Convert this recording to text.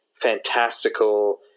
fantastical